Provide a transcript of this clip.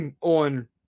On